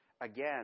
again